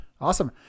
Awesome